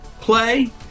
play